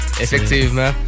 effectivement